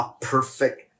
perfect